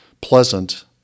pleasant